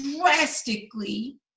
drastically